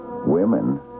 women